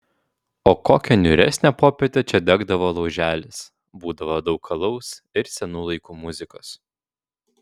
o kokią niūresnę popietę čia degdavo lauželis būdavo daug alaus ir senų laikų muzikos